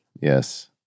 yes